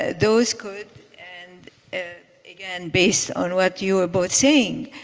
those could and ah again, based on what you were both saying,